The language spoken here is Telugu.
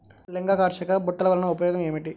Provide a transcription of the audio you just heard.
లింగాకర్షక బుట్టలు వలన ఉపయోగం ఏమిటి?